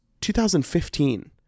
2015